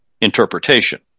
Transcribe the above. interpretation